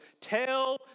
tell